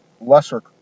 lesser